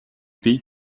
pays